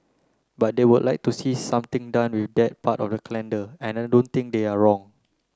but they would like to see something done with that part of the calendar and I don't think they're wrong